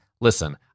Listen